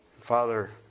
Father